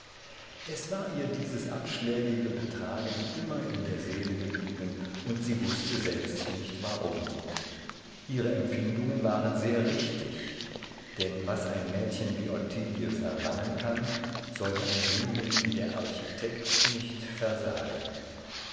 es war ihr dieses abschlägige betragen immer in der seele geblieben und sie wußte selbst nicht warum ihre empfindungen waren sehr richtig denn was ein mädchen wie ottilie verlangen kann sollte ein jüngling wie der architekt nicht versagen